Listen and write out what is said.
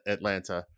Atlanta